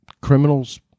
criminals